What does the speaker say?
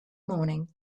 morning